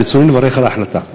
ברצוני לברך על ההחלטה.